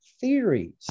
theories